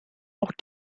auch